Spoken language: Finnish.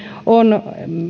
on